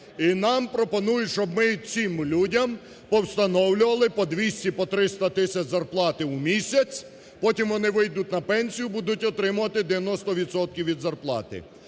і нам пропонують, щоб ми цим людям по встановлювати по 200, по 300 тисяч зарплати в місяць, потім вони вийдуть на пенсію і будуть отримувати 90 відсотків від зарплати.